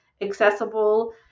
accessible